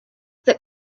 that